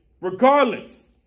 Regardless